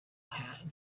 had